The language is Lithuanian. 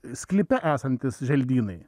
sklype esantys želdynai